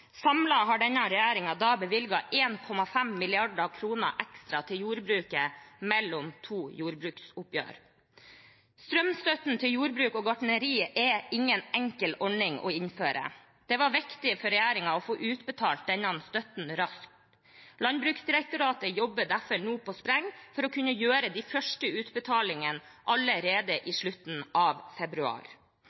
har denne regjeringen da bevilget 1,5 mrd. kr ekstra til jordbruket mellom to jordbruksoppgjør. Strømstøtten til jordbruk og gartneri er ingen enkel ordning å innføre. Det var viktig for regjeringen å få utbetalt denne støtten raskt. Landbruksdirektoratet jobber derfor nå på spreng for å kunne gjøre de første utbetalingene allerede i slutten av februar.